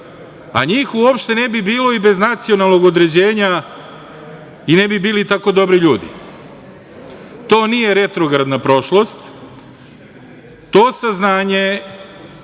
a njih uopšte ne bi bilo i bez nacionalnog određenja i ne bi bili tako dobri ljudi. To nije retrogradna prošlost, to saznanje